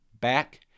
back